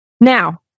Now